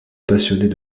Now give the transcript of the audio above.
passionnés